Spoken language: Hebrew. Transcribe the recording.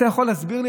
אתה יכול להסביר לי?